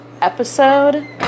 episode